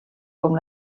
com